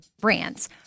brands